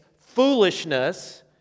foolishness